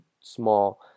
small